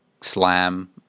slam